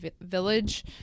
village